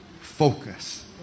focus